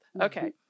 okay